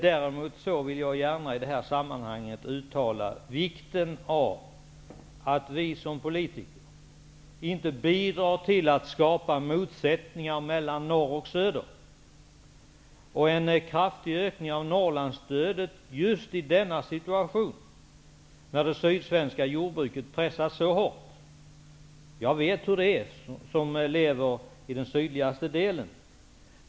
Däremot vill jag gärna i detta sammanhang uttala vikten av att vi som politiker inte bidrar till att skapa motsättningar mellan norr och söder genom en kraftig ökning av Norrlandsstödet just i denna situation när det sydsvenska jordbruket pressas så hårt. Jag vet hur det är -- jag lever i den sydligaste delen.